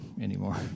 anymore